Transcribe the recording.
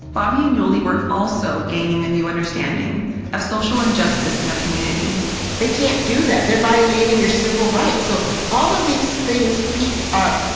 bobby and yoli were also gaining a new understanding of social injustice in their community they can't do that. they're violating your civil rights. so all of these things pique up,